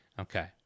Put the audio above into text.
Okay